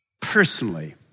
personally